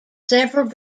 several